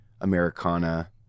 Americana